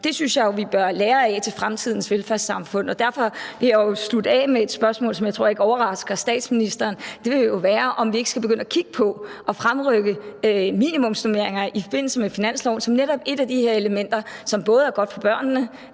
Det synes jeg jo vi bør lære af med henblik på fremtidens velfærdssamfund, og derfor vil jeg slutte af med et spørgsmål, som jeg ikke tror overrasker statsministeren: Skal vi ikke begynde at kigge på at fremrykke minimumsnormeringer i forbindelse med finansloven som netop et af de her elementer, som både er godt for børnene,